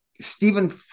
Stephen